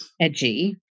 edgy